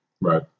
Right